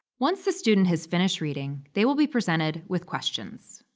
once the student has finished reading, they will be presented with questions.